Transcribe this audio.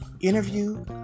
interview